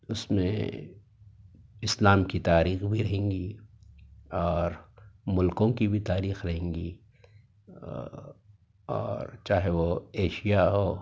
اس میں اسلام کی تاریخ بھی رہیں گی اور ملکوں کی بھی تاریخ رہیں گی اور چاہے وہ ایشیا ہو